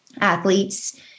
athletes